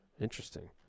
Interesting